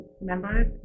members